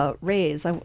raise